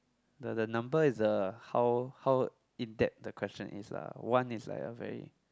the the number is the how how in depth the question is lah one is like a very